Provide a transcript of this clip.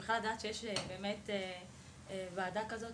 שמחה לדעת שיש באמת ועדה כזאת,